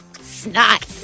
Snot